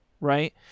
Right